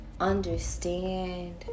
understand